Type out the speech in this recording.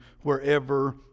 wherever